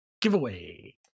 Giveaway